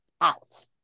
out